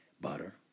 Butter